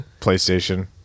playstation